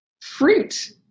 fruit